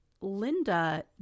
Linda